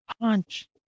Punch